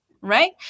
right